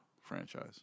franchise